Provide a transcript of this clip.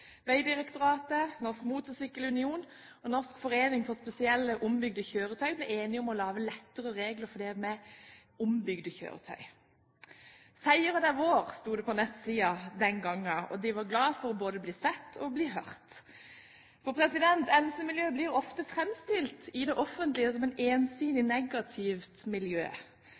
Vegdirektoratet, Norsk Motorcykkel Union og Norsk forening for spesielle ombygde kjøretøy ble enige om å lage enklere regler for ombygde kjøretøy. Seieren er vår, sto det på nettsiden den gang, og man var glad for å bli sett og hørt. MC-miljøet blir i det offentlige ofte